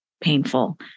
painful